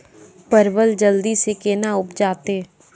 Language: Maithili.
परवल जल्दी से के ना उपजाते?